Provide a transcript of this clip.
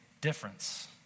difference